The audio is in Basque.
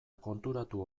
konturatu